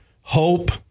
Hope